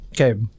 Okay